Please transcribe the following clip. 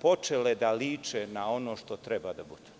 počele da liče na ono što treba da bude?